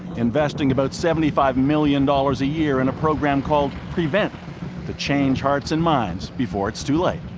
investing about seventy five million dollars a year in a program called prevent to change hearts and minds before it's too late.